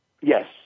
Yes